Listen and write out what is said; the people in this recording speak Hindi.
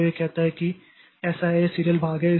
तो यह कहता है कि ऐसा है यह सीरियल भाग है